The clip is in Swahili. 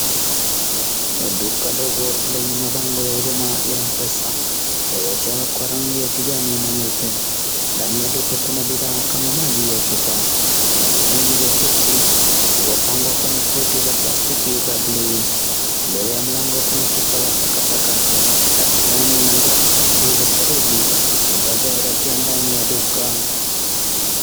Duka ndogo lenye mabango ya huduma ya m-pesa .Yayachorwa kwa rangi ya kijani na nyeupe. Ndani ya duka kuna bidhaa kama maji ya chupa, na vinywaji vya Pepsi, vilivyopangwa kwenye kreti za plastiki za blue . Mbele ya mlango kuna pipa la takataka, la kijani na ngazi tatu za saruji, zinazoelekea ndani ya duka.